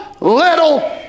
little